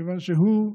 כיוון שהוא,